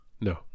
No